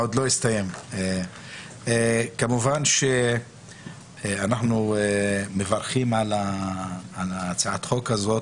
כמובן שאנחנו מברכים על הצעת החוק הזאת.